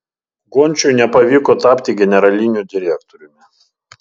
gončiui nepavyko tapti generaliniu direktoriumi